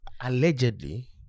allegedly